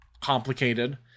complicated